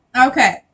Okay